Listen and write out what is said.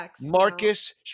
Marcus